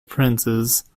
princes